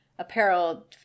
Apparel